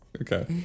Okay